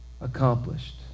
accomplished